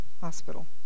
hospital